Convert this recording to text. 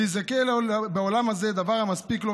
ויזכה לו בעולם הזה דבר המספיק לו,